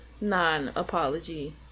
non-apology